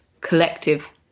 collective